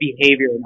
behavior